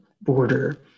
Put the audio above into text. border